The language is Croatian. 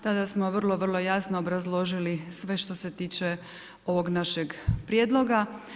Tada smo vrlo, vrlo jasno obrazložili sve što se tiče ovog našeg prijedloga.